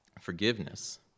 Forgiveness